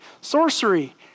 sorcery